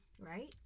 Right